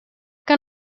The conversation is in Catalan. que